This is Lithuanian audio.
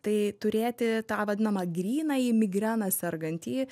tai turėti tą vadinamą grynąjį migrena sergantįjį